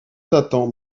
t’attends